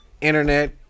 internet